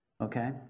okay